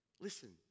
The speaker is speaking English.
Listen